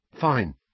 Fine